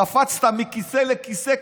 קפצת מכיסא לכיסא,